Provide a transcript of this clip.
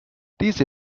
diese